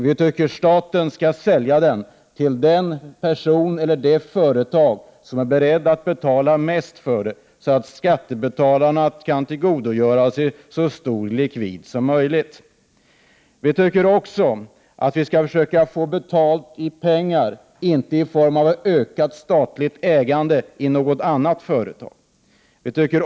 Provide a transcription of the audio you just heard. Vi tycker att staten skall sälja den till den person eller det företag som är beredd att betala mest för den, så att skattebetalarna kan tillgodogöra sig så stor likvid som möjligt. Vi tycker också att vi skall försöka få betalt i pengar och inte i form av ett ökat statligt ägande i något annat företag. Dessutom tycker vi att vi skall Prot.